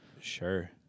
Sure